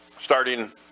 starting